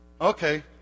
Okay